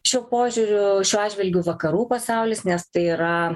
šiuo požiūriu šiuo atžvilgiu vakarų pasaulis nes tai yra